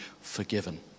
forgiven